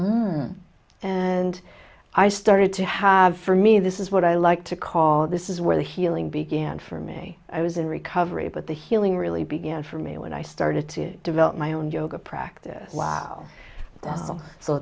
women and i started to have for me this is what i like to call this is where the healing began for me i was in recovery but the healing really began for me when i started to develop my own yoga practice w